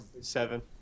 seven